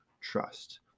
trust